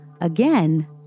again